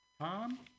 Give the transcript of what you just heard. Tom